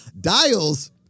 Dials